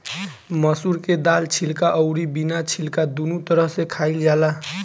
मसूर के दाल छिलका अउरी बिना छिलका दूनो तरह से खाइल जाला